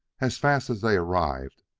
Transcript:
as fast as they arrived,